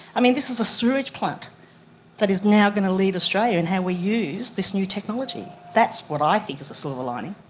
i mean, this is a sewerage plant that is now going to lead australia in how we use this new technology. that's what i think is a silver lining.